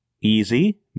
easy